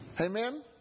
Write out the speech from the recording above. Amen